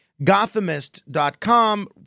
Gothamist.com